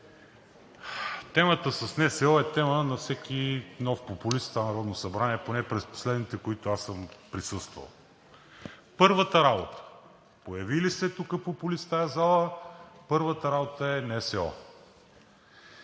Темата с НСО е тема на всеки нов популист в това Народно събрание – поне през последните, на които съм присъствал. Първата работа – появи ли се популист в тази зала, първата работа е НСО.